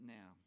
now